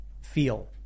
feel